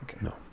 No